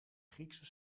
griekse